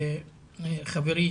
חברי,